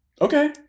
Okay